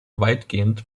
weitgehend